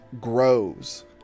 grows